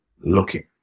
looking